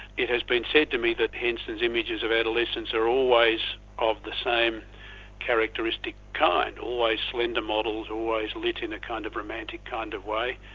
it has been said to me that henson's images of adolescents are always of the same characteristic kind, always slender models, always lit in a kind of romantic kind of way.